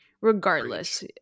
regardless